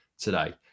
today